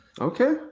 Okay